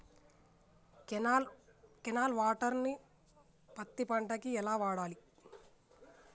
Canal water ను పత్తి పంట కి ఎలా వాడాలి?